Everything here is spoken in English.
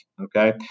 Okay